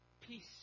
Peace